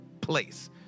place